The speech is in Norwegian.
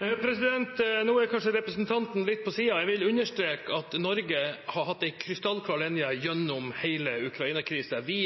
Nå er kanskje representanten litt på siden. Jeg vil understreke at Norge har hatt en krystallklar linje gjennom hele Ukraina-krisen. Vi